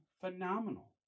phenomenal